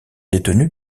détenue